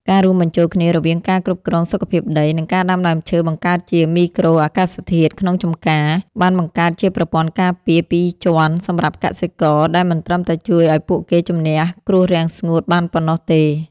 ការរួមបញ្ចូលគ្នារវាងការគ្រប់គ្រងសុខភាពដី និងការដាំដើមឈើបង្កើតជាមីក្រូអាកាសធាតុក្នុងចម្ការ បានបង្កើតជាប្រព័ន្ធការពារពីរជាន់សម្រាប់កសិករ ដែលមិនត្រឹមតែជួយឱ្យពួកគេជម្នះគ្រោះរាំងស្ងួតបានប៉ុណ្ណោះទេ។